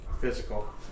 Physical